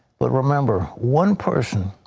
but remember, one person